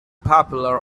popular